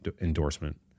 endorsement